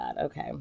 okay